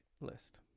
list